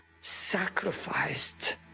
sacrificed